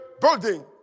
building